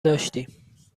داشتیم